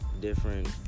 different